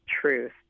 truth